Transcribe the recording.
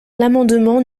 l’amendement